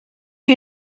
you